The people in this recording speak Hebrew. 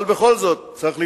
אבל בכל זאת, צריך לבדוק.